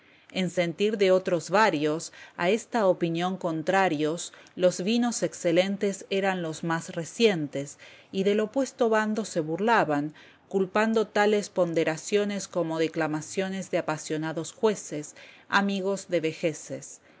en sentir de otros varios a esta opinión contrarios los vinos excelentes eran los más recientes y del opuesto bando se burlaban culpando tales ponderaciones como declamaciones de apasionados jueces amigos de vejeces